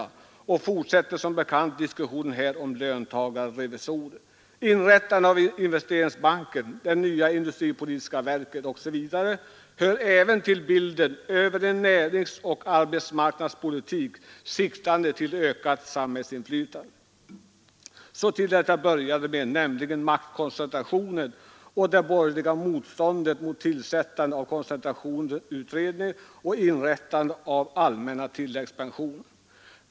Som bekant fortsätter diskussionen om löntagarrevisorer. Inrättandet av Investeringsbanken, det nya industripolitiska verket osv. hör också till bilden av en näringsoch arbetsmarknadspolitik, siktande till ökat samhällsinflytande. Så till det jag började med, nämligen maktkoncentrationen och det borgerliga motståndet mot tillsättandet av koncentrationsutredningen och inrättandet av allmänna tilläggspensionen.